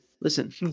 listen